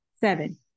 Seven